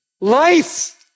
life